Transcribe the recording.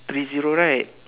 three zero right